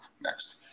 next